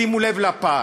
שימו לב לפער.